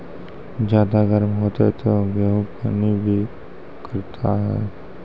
ज्यादा गर्म होते ता गेहूँ हनी भी करता है?